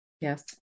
Yes